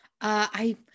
I-